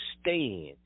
stand